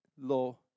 law